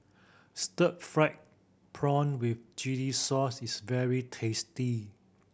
stir fried prawn with chili sauce is very tasty